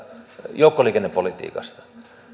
joukkoliikennepolitiikasta